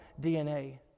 DNA